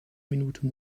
minute